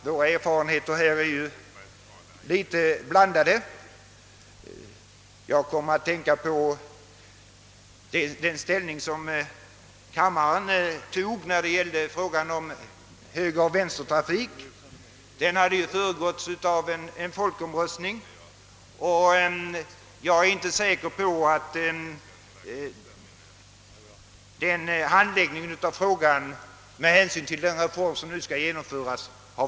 Våra erfarenheter är emellertid något blandade och jag tänker på det beslut som riksdagen fattade om högeroch vänstertrafik. Avgörandet föregicks av en folkomröstning och jag är inte säker på att frågans handläggning varit den allra bästa med tanke på den reform som nu skall genomföras.